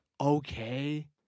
okay